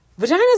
vaginas